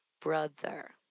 brother